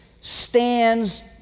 stands